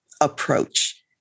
approach